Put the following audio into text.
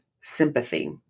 sympathy